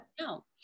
no